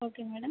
okay madam